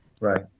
Right